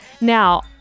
Now